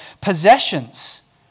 possessions